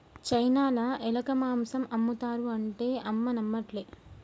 చైనాల ఎలక మాంసం ఆమ్ముతారు అంటే అమ్మ నమ్మట్లే